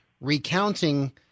recounting